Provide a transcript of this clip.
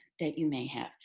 that you may have?